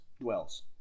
dwells